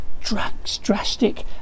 drastic